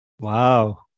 Wow